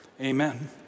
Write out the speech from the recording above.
Amen